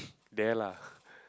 there lah